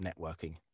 networking